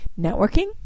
networking